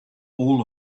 all